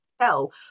tell